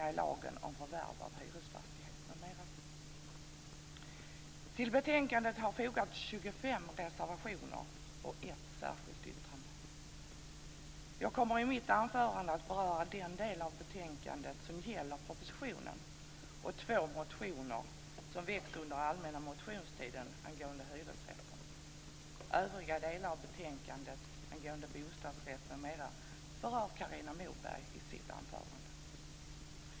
Till betänkandet har fogats 25 reservationer och ett särskilt yttrande. Jag kommer i mitt anförande att beröra den del i betänkandet som gäller propositionen och två motioner som väcktes under allmänna motionstiden angående hyresrätt. Övriga delar i betänkandet angående bostadsrätt m.m. kommer Carina Moberg att beröra i sitt anförande.